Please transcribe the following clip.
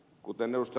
kuten ed